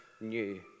new